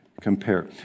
compare